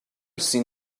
seen